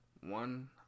one